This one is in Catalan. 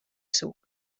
suc